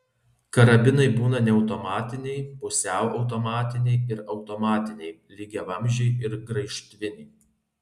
karabinai būna neautomatiniai pusiau automatiniai ir automatiniai lygiavamzdžiai ir graižtviniai